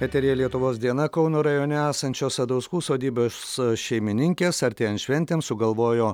eteryje lietuvos diena kauno rajone esančios sadauskų sodybos šeimininkės artėjant šventėms sugalvojo